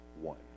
one